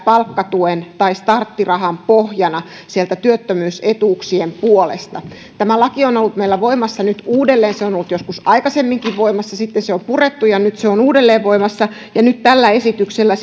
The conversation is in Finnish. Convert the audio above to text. palkkatuen tai starttirahan pohjana työttömyys etuuksien puolesta laki on ollut meillä voimassa nyt uudelleen se on ollut joskus aikaisemminkin voimassa sitten se on purettu ja nyt se on uudelleen voimassa tällä esityksellä